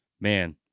man